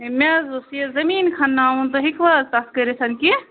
A مےٚ حظ اوس یہِ زٔمیٖن کھنٛناوُن تُہۍ ہیٚکوا تَتھ کٔرِتھ کیٚنٛہہ